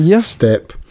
step